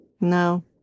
No